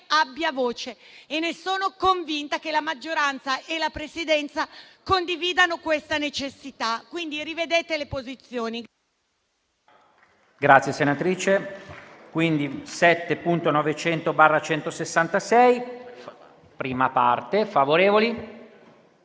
abbia voce; sono convinta che la maggioranza e la Presidenza condividano questa necessità. Rivedete quindi le posizioni.